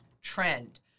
trend